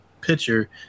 pitcher